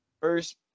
First